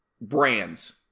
brands